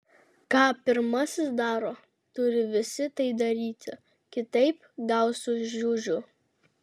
ką pirmasis daro turi visi tai daryti kitaip gaus su žiužiu